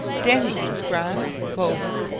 danny eats grass, clover,